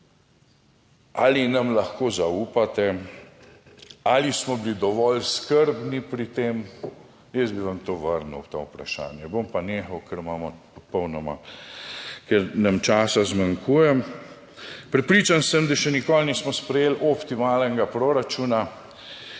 ali nam lahko zaupate, ali smo bili dovolj skrbni pri tem. Jaz bi vam to vrnil to vprašanje, bom pa nehal, ker imamo popolnoma, ker nam časa zmanjkuje. Prepričan sem, da še nikoli nismo sprejeli optimalnega proračuna.